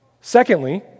Secondly